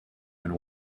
and